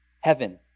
heaven